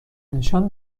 نشان